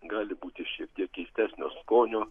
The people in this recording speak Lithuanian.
gali būti šiek tiek keistesnio skonio